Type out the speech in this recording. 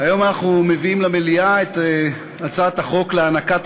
היום אנחנו מביאים למליאה את הצעת החוק להענקת